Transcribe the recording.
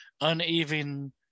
uneven